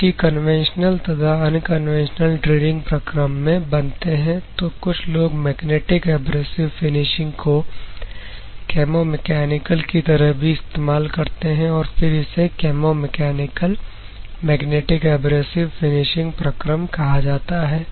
जो कि कन्वेंशनल तथा अनकंवेंशनल ड्रिलिंग प्रक्रम में बनते हैं तो कुछ लोग मैग्नेटिक एब्रेसिव फिनिशिंग को कैमों मैकेनिकल की तरह भी इस्तेमाल करते हैं और फिर इसे chemo mechanical magnetic abrasive finishing प्रक्रम कहा जाता है